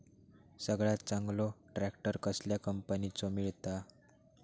सगळ्यात चांगलो ट्रॅक्टर कसल्या कंपनीचो मिळता?